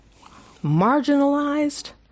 marginalized